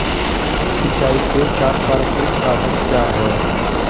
सिंचाई के चार पारंपरिक साधन क्या हैं?